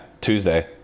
tuesday